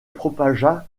propagea